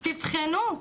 תבחנו.